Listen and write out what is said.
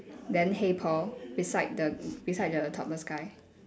then hey paul beside the beside the topless guy